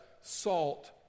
Salt